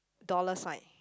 dollar sign